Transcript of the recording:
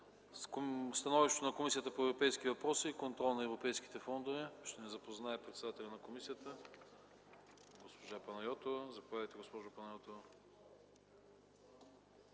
становището на Комисията по европейските въпроси и контрол на европейските фондове ще ни запознае председателят на комисията госпожа Панайотова. Заповядайте, госпожо Панайотова.